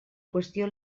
qüestió